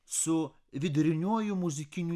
su viduriniuoju muzikiniu